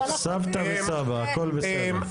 סבתא וסבא, הכול בסדר.